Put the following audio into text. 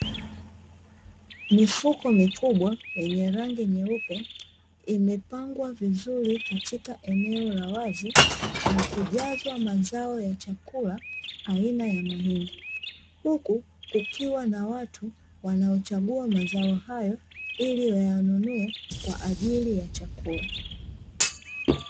Mifuko mikubwa yenye rangi nyeupe imepangwa vizuri katika aneo la wazi na kujazwa mazao ya chakula aina ya mahindi, huku kukiwa na watu wanaochagua mazao hayo ili wayanunua kwa ajili ya chakula.